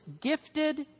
gifted